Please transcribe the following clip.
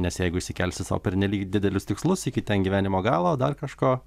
nes jeigu išsikelsi sau pernelyg didelius tikslus iki ten gyvenimo galo dar kažko